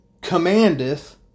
commandeth